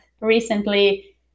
recently